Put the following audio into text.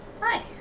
hi